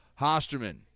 Hosterman